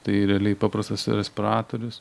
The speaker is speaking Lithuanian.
tai realiai paprastas respiratorius